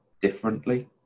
differently